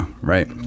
right